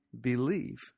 believe